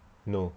no